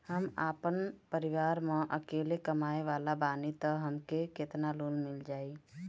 हम आपन परिवार म अकेले कमाए वाला बानीं त हमके केतना लोन मिल जाई?